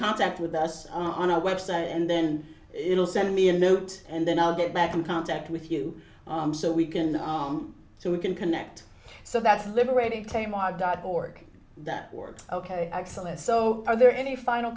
contact with us on our website and then it'll send me a note and then i'll get back in contact with you so we can so we can connect so that's liberating k mart dot org that works ok excellent so are there any final